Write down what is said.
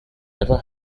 never